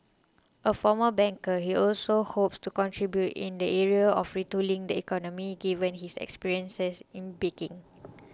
a former banker he also hopes to contribute in the area of retooling the economy given his experiences in baking